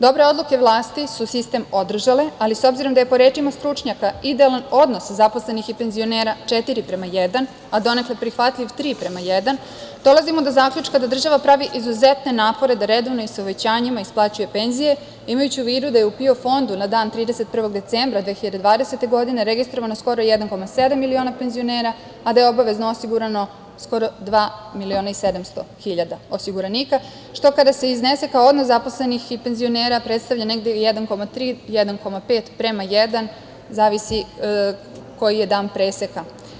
Dobre odluke vlasti su sistem održale, ali s obzirom da je, po rečima stručnjaka, idealan odnos zaposlenih i penzionera 4:1, a donekle prihvatljiv 3:1, dolazimo do zaključka da država pravi izuzetne napore da redovno i sa uvećanjima isplaćuje penzije, imajući u vidu da je u PIO fondu na dan 31. decembra 2020. godine registrovano skoro 1,7 miliona penzionera, a da je obavezno osigurano skoro 2.700.000 osiguranika, što kada se iznese kao odnos zaposlenih i penzionera predstavlja negde 1,3-1,5:1, zavisi koji je dan preseka.